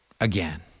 again